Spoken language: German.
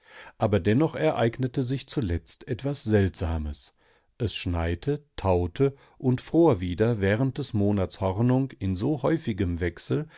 aber dennoch ereignete sich zuletzt etwas seltsames es schneite taute und fror wieder während des monats hornung in so häufigem wechsel